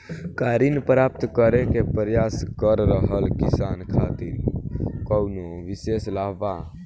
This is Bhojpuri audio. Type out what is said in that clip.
का ऋण प्राप्त करे के प्रयास कर रहल किसान खातिर कउनो विशेष लाभ बा?